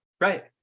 Right